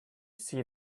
see